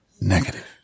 negative